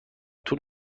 طول